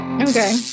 okay